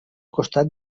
costat